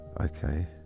okay